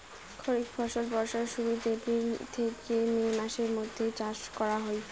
খরিফ ফসল বর্ষার শুরুত, এপ্রিল থেকে মে মাসের মৈধ্যত চাষ করা হই